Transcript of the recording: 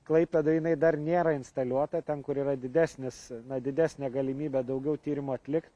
klaipėdoj jinai dar nėra instaliuota ten kur yra didesnis na didesnė galimybė daugiau tyrimų atlikt